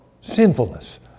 sinfulness